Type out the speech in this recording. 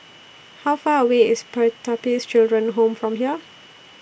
How Far away IS Pertapis Children Home from here